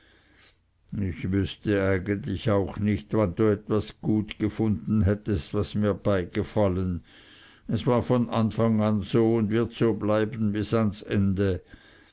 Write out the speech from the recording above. ich wüßte eigentlich auch nicht wann du etwas gut gefunden hättest was mir beigefallen es war von anfang so und wird so bleiben bis ans ende